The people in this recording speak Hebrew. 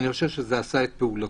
ואני חושב שזה עשה את פעולתו.